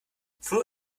fluor